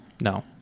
no